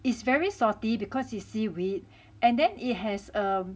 it's very salty because it's seaweed and then it has a